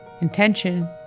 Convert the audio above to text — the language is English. intention